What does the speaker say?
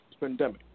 pandemic